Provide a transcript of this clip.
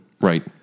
Right